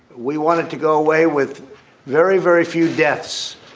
we want it to go away with very, very few deaths.